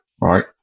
right